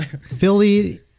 Philly